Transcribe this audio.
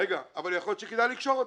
אבל יכול להיות שכדאי לקשור אותה.